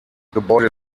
gebäude